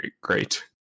great